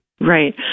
Right